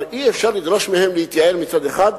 אבל אי-אפשר לדרוש מהם להתייעל מצד אחד,